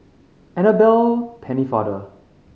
Annabel Pennefather